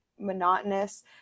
monotonous